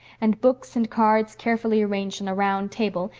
and books and cards carefully arranged on a round table,